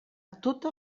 totes